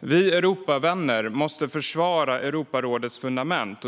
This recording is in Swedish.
Vi Europavänner måste försvara Europarådets fundament.